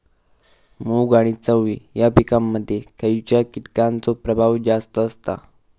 मूग आणि चवळी या पिकांमध्ये खैयच्या कीटकांचो प्रभाव जास्त असता?